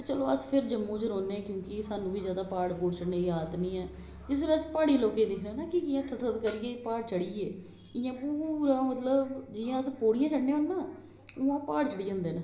ते चलो अस फिर जम्मू च रौहने हा क्योकि सानू ी ज्यादा प्हाड चढने दी आदत नेई ऐ जिसले अस पह्डी लेको गी दिक्खने ना कि कियां थर थर करियै प्हाड चढी गै इयां पुरा मतलब जियां अस पोडिया चढने होने ना उआं ओह् प्हाड चढी जंदे ना